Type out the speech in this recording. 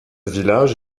village